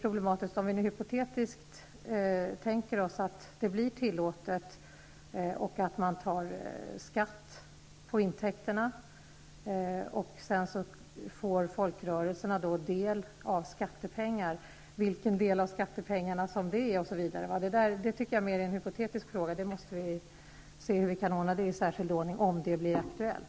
Om vi nu hypotetiskt tänker oss att kasinospel blir tillåtet i Sverige, att man tar skatt på intäkterna och att folkrörelserna sedan får del av skattepengarna, blir en fråga vilken del av skattepengarna de skall få. Det är mer en hypotetisk fråga, som vi får ordna upp om den blir aktuell.